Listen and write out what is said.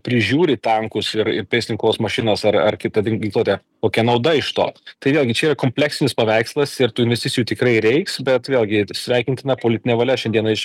prižiūri tankus ir pėstin kovos mašinas ar ar kitą gink ginkluotę kokia nauda iš to tai vėlgi čia yra kompleksinis paveikslas ir tų investicijų tikrai reiks bet vėlgi tsveikintina politinė valia šiandieną iš